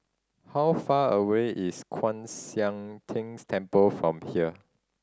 how far away is Kwan Siang Tng Temple from here